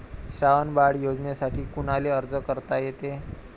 श्रावण बाळ योजनेसाठी कुनाले अर्ज करता येते?